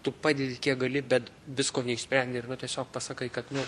tu padedi kiek gali bet visko neišsprendi ir va tiesiog pasakai kad nu